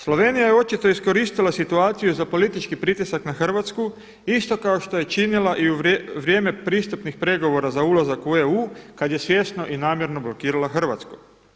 Slovenija je očito iskoristila situaciju za politički pritisak na Hrvatsku isto kao što je činila i u vrijeme pristupnih pregovora za ulazak u EU kada je svjesno i namjerno blokirala Hrvatsku.